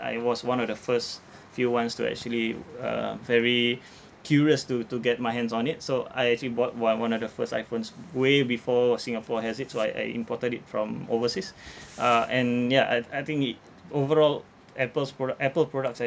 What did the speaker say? I I was one of the first few ones to actually uh very curious to to get my hands on it so I actually bought one one of the first I_phones way before singapore has it so I I imported it from overseas uh and ya I I think it overall Apple's product Apple products has